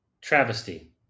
travesty